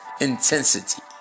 Intensity